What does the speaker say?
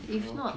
if not